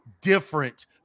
different